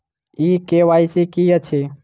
ई KYC की अछि?